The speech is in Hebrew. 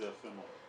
זה יפה מאוד.